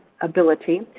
ability